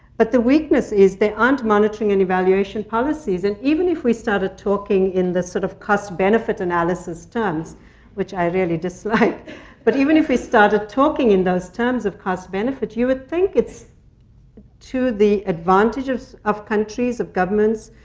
but the weakness is, they aren't monitoring an evaluation policies, and even if we started talking in the, sort of, cost benefit analysis term which i really dislike but even if we started talking in those terms of cost benefit, you would think it's to the advantages of countries, of governments,